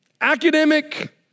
academic